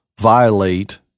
violate